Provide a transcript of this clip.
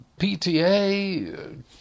PTA